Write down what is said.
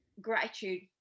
gratitude